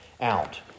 out